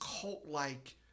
cult-like